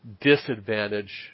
disadvantage